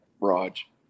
Raj